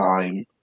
time